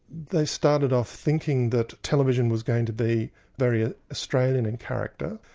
they started off thinking that television was going to be very ah australian in character,